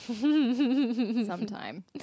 Sometime